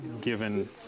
given